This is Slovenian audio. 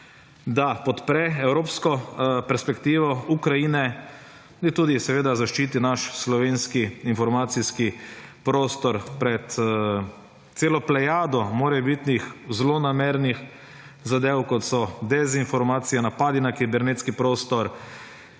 da podpre evropsko perspektivo Ukrajine in tudi zaščiti naš slovenski informacijski prostor pred celo plejado morebitni zlonamernih zadev kot so dezinformacije, napadi na kibernetski prostor